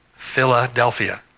Philadelphia